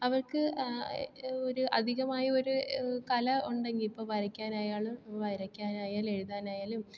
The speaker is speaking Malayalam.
അവർക്ക് ഒര് അധികമായി ഒര് കല ഉണ്ടെങ്കിൽ ഇപ്പോൾ വരക്കാനായാലും വരക്കാനായാലും എഴുതാനായാലും